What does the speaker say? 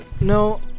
No